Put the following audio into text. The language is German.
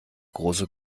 große